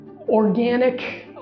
organic